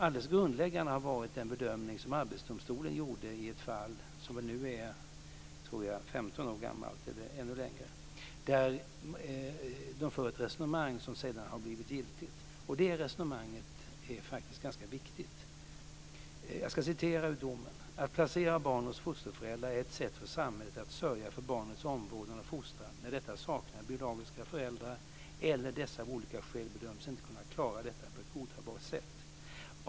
Alldeles grundläggande har dock varit den bedömning som Arbetsdomstolen gjorde i ett fall, som jag tror nu är 15 år gammalt eller ännu äldre. Den för där ett resonemang som sedan har blivit giltigt. Detta resonemang är faktiskt ganska viktigt. I domen heter det: Att placera barn hos fosterföräldrar är ett sätt för samhället att sörja för barnets omvårdnad och fostran när detta saknar biologiska föräldrar eller dessa av olika skäl bedöms inte kunna klara detta på ett godtagbart sätt.